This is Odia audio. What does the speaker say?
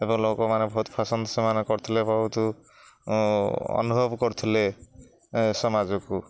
ଏବଂ ଲୋକମାନେ ବହୁତ ପସନ୍ଦ ସେମାନେ କରୁଥିଲେ ବହୁତ ଅନୁଭବ କରୁଥିଲେ ସମାଜକୁ